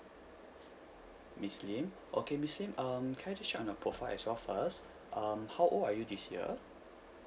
miss lim okay miss lim um can I just check on your profile as well first um how old are you this year